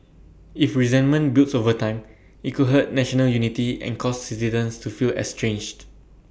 if resentment builds over time IT could hurt national unity and cause citizens to feel estranged